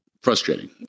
frustrating